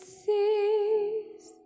sees